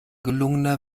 gelungener